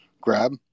grab